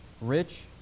rich